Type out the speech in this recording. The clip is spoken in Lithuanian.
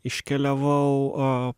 iškeliavau o